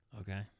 okay